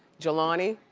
jelani,